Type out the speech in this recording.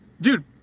dude